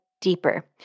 deeper